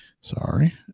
Sorry